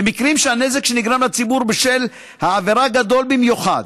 במקרים שהנזק שנגרם לציבור בשל העבירה גדול במיוחד.